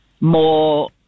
more